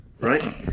Right